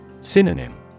Synonym